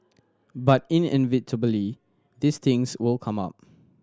but inevitably these things will come up